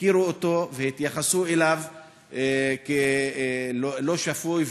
הכירו אותו והתייחסו אליו כאל לא שפוי.